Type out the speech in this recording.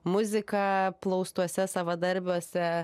muzika plaustuose savadarbiuose